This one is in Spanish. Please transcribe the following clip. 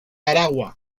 aragua